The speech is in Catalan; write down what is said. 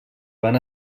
van